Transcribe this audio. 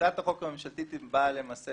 הצעת החוק הממשלתית באה למעשה